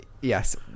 Yes